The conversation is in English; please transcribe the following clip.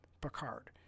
Picard